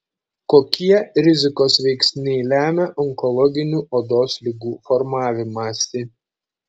kokie rizikos veiksniai lemia onkologinių odos ligų formavimąsi